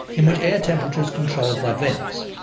in which air temperature is controlled by vents.